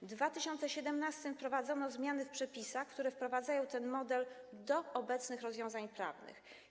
W 2017 r. wprowadzono zmiany w przepisach, które wprowadzają ten model do obecnych rozwiązań prawnych.